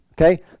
Okay